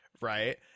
Right